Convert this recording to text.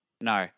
No